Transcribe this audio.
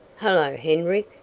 hello, hendrick,